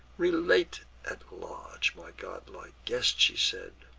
relate at large, my godlike guest, she said,